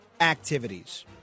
activities